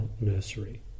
nursery